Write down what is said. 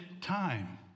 time